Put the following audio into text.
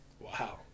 Wow